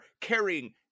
carrying